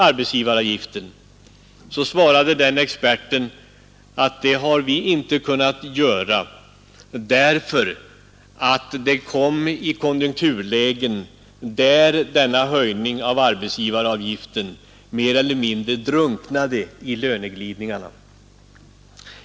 Experten svarade att det kunde man inte göra därför att det gällde konjunkturlägen där höjningen av arbetsgivaravgiften mer eller mindre drunknade i löneglidningarna.